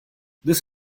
this